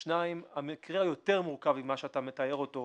שניים, המקרה יותר מורכב ממה שאתה מתאר אותו.